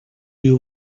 you